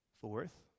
Fourth